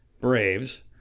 Braves